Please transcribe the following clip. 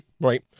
Right